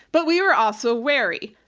but we were also wary.